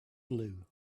blue